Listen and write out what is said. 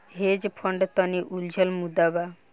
hedge fund तनि उलझल मुद्दा बा